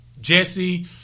Jesse